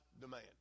demand